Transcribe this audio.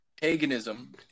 paganism